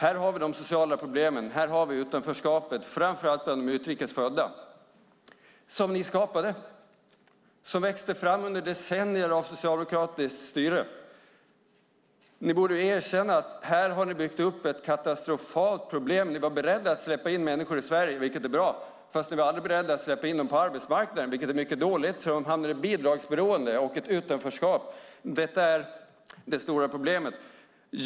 Här har vi de sociala problemen och utanförskapet, framför allt bland de utrikes födda. Det skapade ni. Det växte fram under decennier av socialdemokratiskt styre. Ni borde erkänna att ni har byggt upp ett katastrofalt problem. Ni var beredda att släppa in människor i Sverige, vilket är bra. Ni var dock aldrig beredda att släppa in dem på arbetsmarknaden, vilket är mycket dåligt. De hamnar i bidragsberoende och utanförskap. Detta är det stora problemet.